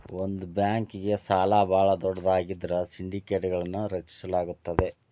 ಒಂದ ಬ್ಯಾಂಕ್ಗೆ ಸಾಲ ಭಾಳ ದೊಡ್ಡದಾಗಿದ್ರ ಸಿಂಡಿಕೇಟ್ಗಳನ್ನು ರಚಿಸಲಾಗುತ್ತದೆ